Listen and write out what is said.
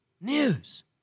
news